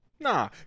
Nah